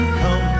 come